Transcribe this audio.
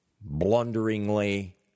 blunderingly